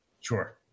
Sure